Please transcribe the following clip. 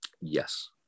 Yes